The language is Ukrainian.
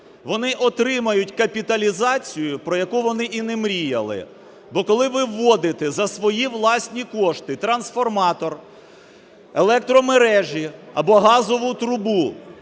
Вони отримають капіталізацію, про яку вони і не мріяли, бо, коли ви вводите за свої власні кошти трансформатор, електромережі або газову трубу,